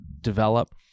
develop